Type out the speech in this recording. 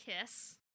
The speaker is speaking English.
Kiss